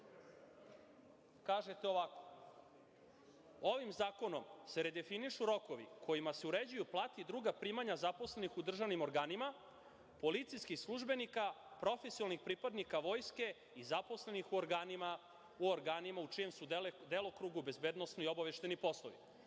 kažete ovako – ovim zakonom se redefinišu rokovi kojima se uređuju plate i druga primanja zaposlenih u državnim organima, policijskih službenika, profesionalnih pripadnika vojske i zaposlenih u organima u čijem su delokrugu bezbednosni i obaveštajni poslovi. Što